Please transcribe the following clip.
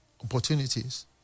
opportunities